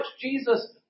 Jesus